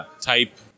type